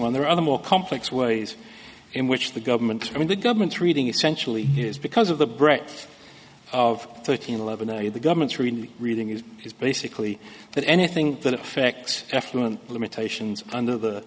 one there are other more complex ways in which the government i mean the government's reading essentially is because of the breadth of thirteen eleven and the government's really reading it is basically that anything that affects affluent limitations under the